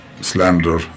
slander